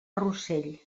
rossell